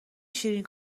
شیرین